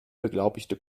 beglaubigte